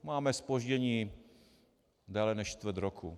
Máme zpoždění déle než čtvrt roku.